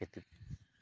ଏତିକି